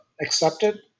accepted